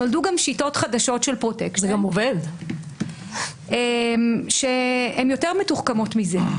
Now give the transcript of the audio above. נולדו גם שיטות חדשות של פרוטקשן שהן יותר מתוחכמות מזה,